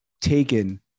taken